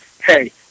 hey